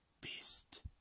beast